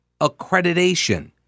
Accreditation